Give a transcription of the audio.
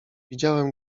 widziałem